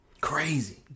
Crazy